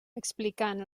explicant